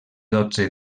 dotze